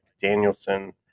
Danielson